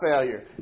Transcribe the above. failure